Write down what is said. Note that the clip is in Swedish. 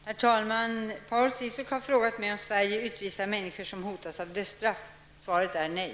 Herr talman! Paul Ciszuk har frågat mig om Sverige utvisar människor som hotas av dödsstraff. Svaret är: Nej!